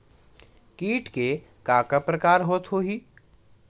कीट के का का प्रकार हो होही?